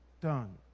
done